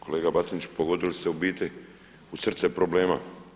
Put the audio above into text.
Kolega Batinić pogodili ste u biti u srce problema.